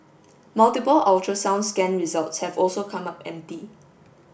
multiple ultrasound scan results have also come up empty